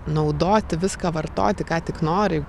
naudoti viską vartoti ką tik nori